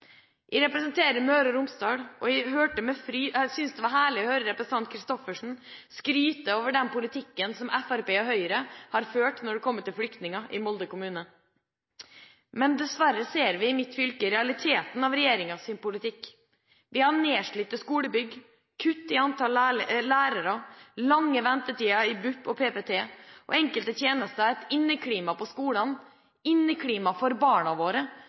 Jeg representerer Møre og Romsdal, og jeg syntes det var herlig å høre representanten Christoffersen skryte av den politikken Fremskrittspartiet og Høyre har ført når det kommer til flyktninger i Molde kommune. Men dessverre ser vi i mitt fylke realitetene av regjeringens politikk – nedslitte skolebygg, kutt i antall lærere og lange ventetider i BUP og PPT. Enkelte steder ville inneklimaet på skolene – inneklimaet for barna våre